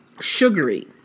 Sugary